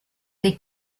des